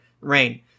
rain